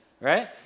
right